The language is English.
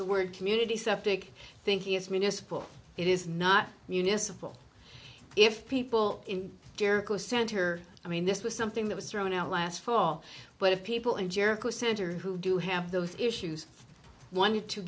the word community septic thinking is municipal it is not municipal if people in jericho center i mean this was something that was thrown out last fall but of people in jericho center who do have those issues